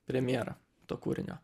premjerą to kūrinio